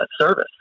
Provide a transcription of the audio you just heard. service